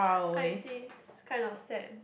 I see this is kind of sad